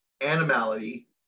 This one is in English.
Animality